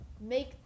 make